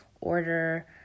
order